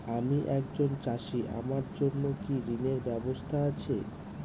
আমি একজন চাষী আমার জন্য কি ঋণের ব্যবস্থা আছে?